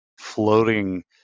floating